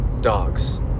dogs